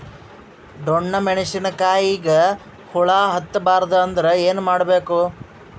ಡೊಣ್ಣ ಮೆಣಸಿನ ಕಾಯಿಗ ಹುಳ ಹತ್ತ ಬಾರದು ಅಂದರ ಏನ ಮಾಡಬೇಕು?